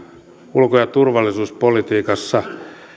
ulko ja turvallisuuspolitiikassa